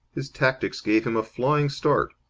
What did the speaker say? his tactics gave him a flying start.